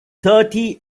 thirty